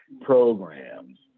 programs